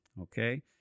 okay